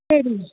சரிங்க